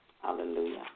Hallelujah